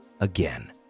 again